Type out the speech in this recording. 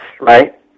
right